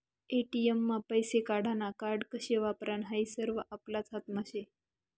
ATM मा पैसा काढानं कार्ड कशे वापरानं हायी सरवं आपलाच हातमा शे